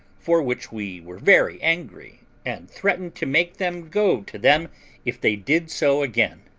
for which we were very angry, and threatened to make them go to them if they did so again.